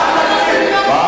גם תקציב,